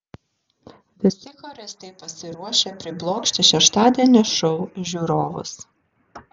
visi choristai pasiruošę priblokšti šeštadienio šou žiūrovus